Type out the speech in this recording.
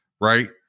Right